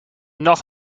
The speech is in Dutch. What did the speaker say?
nog